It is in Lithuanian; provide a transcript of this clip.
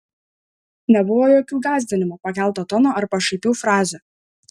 nebuvo jokių gąsdinimų pakelto tono ar pašaipių frazių